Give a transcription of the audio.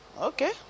okay